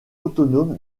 autonome